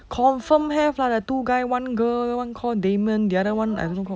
confirm have lah the two guy one girl one call damon the other one I don't know call